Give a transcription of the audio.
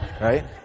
right